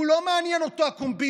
הוא, לא מעניינות אותו הקומבינות,